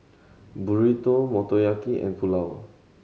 Burrito Motoyaki and Pulao